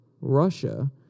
Russia